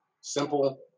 Simple